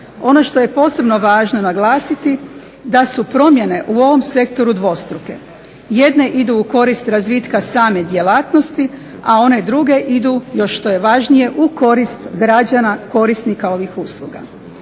Ono što je posebno važno naglasiti da su promjene u ovom sektoru dvostruke. Jedne idu u korist razvitka same djelatnosti, a one druge idu još što je važnije u korist građana korisnika ovih usluga.